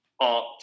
art